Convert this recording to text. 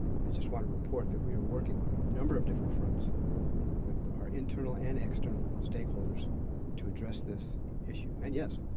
just want to report that we are working on a number of different fronts with our internal and external stakeholders to address this issue. and yes,